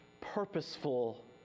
purposeful